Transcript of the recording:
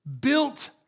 built